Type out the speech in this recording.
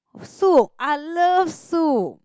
soup I love soup